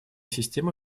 систему